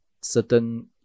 certain